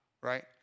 right